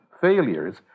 failures